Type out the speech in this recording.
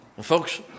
Folks